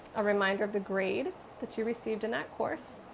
a reminder of the grade that you received in that course,